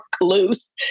loose